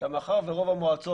צריך למצוא